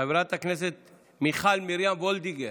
חברת הכנסת מיכל מרים וולדיגר.